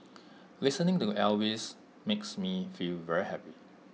listening to Elvis makes me feel very happy